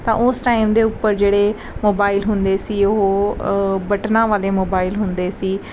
ਤਾਂ ਉਸ ਟਾਈਮ ਦੇ ਉੱਪਰ ਜਿਹੜੇ ਮੋਬਾਈਲ ਹੁੰਦੇ ਸੀ ਉਹ ਬਟਨਾ ਵਾਲੇ ਮੋਬਾਈਲ ਹੁੰਦੇ ਸੀ